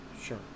Sure